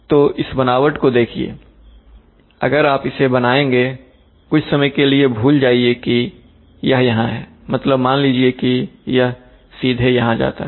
तो इस बनावट को देखिए अगर आप इसे बनाएंगे कुछ समय के लिए भूल जाइए कि यह यहां हैमतलब मान लीजिए कि यह सीधे यहां जाता है